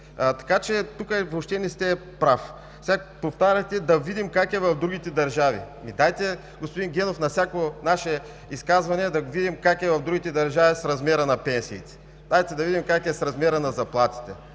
Така че тук въобще не сте прав. Повтаряхте да видим как е в другите държави. Ами, господин Генов, дайте на всяко наше изказване да видим как е в другите държави с размера на пенсиите, дайте да видим как е с размера на заплатите,